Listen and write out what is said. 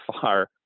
far